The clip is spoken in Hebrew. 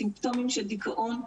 סימפטומים של דיכאון.